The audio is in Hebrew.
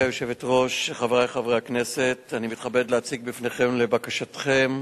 התשע"ב 2011,